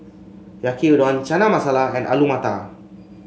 Yaki Udon Chana Masala and Alu Matar